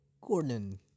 Gordon